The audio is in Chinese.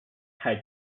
采集